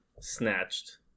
snatched